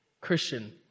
Christian